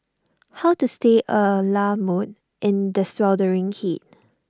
how to stay A la mode in the sweltering heat